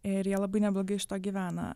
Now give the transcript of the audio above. ir jie labai neblogai iš to gyvena